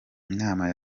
inama